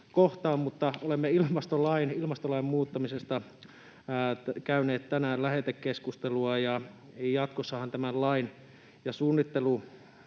Mutta olemme ilmastolain muuttamisesta käyneet tänään lähetekeskustelua, ja jatkossahan tämän lain ja suunnittelujärjestelmän